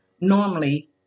Normally